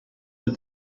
with